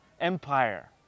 empire